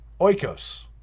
Oikos